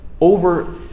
over